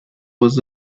was